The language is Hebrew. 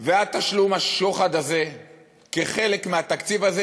ועד תשלום השוחד הזה כחלק מהתקציב הזה,